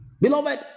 Beloved